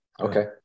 Okay